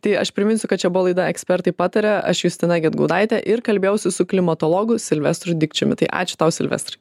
tai aš priminsiu kad čia buvo laida ekspertai pataria aš justina gedgaudaitė ir kalbėjausi su klimatologu silvestru dikčiumi tai ačiū tau silvestrai